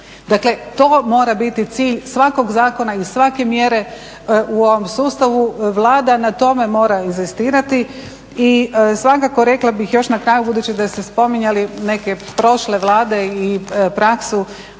Dakle to mora biti cilj svakog zakona i svake mjere u ovom sustavu. Vlada na tome mora inzistirati. I svakako rekla bih još na kraju budući da ste spominjali neke prošle vlade i praksu